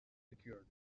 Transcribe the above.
secured